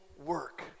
work